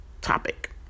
topic